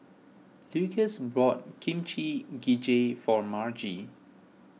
Lukas bought Kimchi Jjigae for Margie